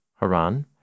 Haran